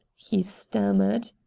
he stammered.